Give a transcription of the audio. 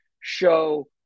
show